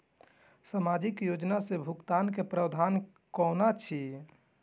सामाजिक योजना से भुगतान के प्रावधान की कोना छै?